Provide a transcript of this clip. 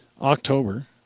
October